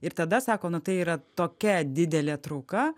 ir tada sako nu tai yra tokia didelė trauka